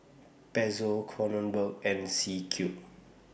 Pezzo Kronenbourg and C Cube